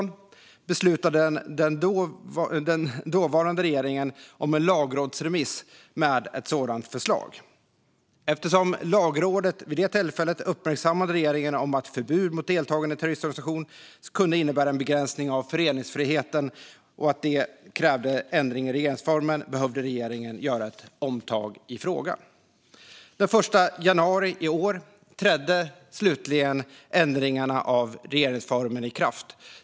År 2019 beslutade den dåvarande regeringen om en lagrådsremiss med ett sådant förslag. Eftersom Lagrådet vid det tillfället uppmärksammade regeringen på att förbud mot deltagande i terroristorganisation kunde innebära en begränsning av föreningsfriheten och att det krävde ändring i regeringsformen behövde regeringen göra ett omtag i frågan. Den 1 januari 2023 trädde slutligen ändringarna av regeringsformen i kraft.